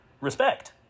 Respect